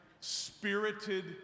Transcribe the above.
spirited